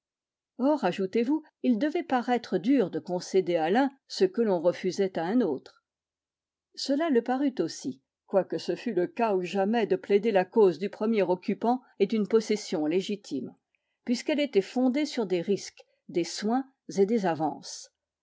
or ajoutez vous il devait paraître dur de concéder à l'un ce que l'on refusait à un autre cela le parut aussi quoique ce fût le cas ou jamais de plaider la cause du premier occupant et d'une possession légitime puisqu'elle était fondée sur des risques des soins et des avances